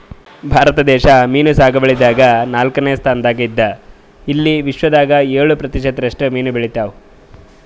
ಭಾರತ ದೇಶ್ ಮೀನ್ ಸಾಗುವಳಿದಾಗ್ ನಾಲ್ಕನೇ ಸ್ತಾನ್ದಾಗ್ ಇದ್ದ್ ಇಲ್ಲಿ ವಿಶ್ವದಾಗ್ ಏಳ್ ಪ್ರತಿಷತ್ ರಷ್ಟು ಮೀನ್ ಬೆಳಿತಾವ್